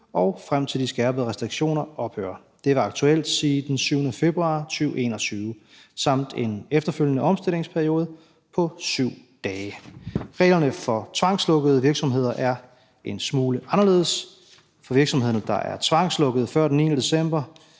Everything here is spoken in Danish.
og frem til de skærpede restriktioner ophører. Det vil aktuelt sige den 7. februar 2021 samt en efterfølgende omstillingsperiode på 7 dage. Reglerne for tvangslukkede virksomheder er en smule anderledes. For virksomhederne, der blev tvangslukket før den 9. december